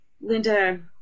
Linda